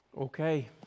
Okay